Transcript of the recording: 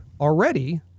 already